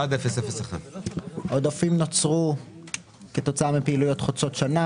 41001. העודפים נוצרו כתוצאה מפעילויות חוצות שנה,